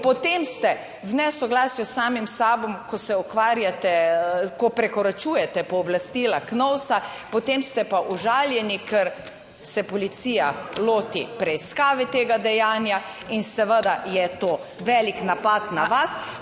Potem ste v nesoglasju s samim s sabo, ko se ukvarjate, ko prekoračujete pooblastila KNOVS, potem ste pa užaljeni, ker se policija loti preiskave tega dejanja in seveda je to velik napad na vas.